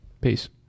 Peace